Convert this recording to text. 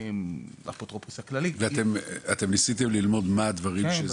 האפוטרופוס הכללי --- ואתם ניסיתם ללמוד מה הדברים,